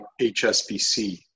HSBC